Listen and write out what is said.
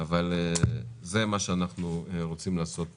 אבל זה מה שאנחנו רוצים לעשות בוועדה.